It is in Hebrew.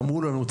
ואמרו לנו,